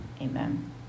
Amen